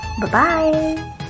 Bye-bye